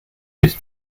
mit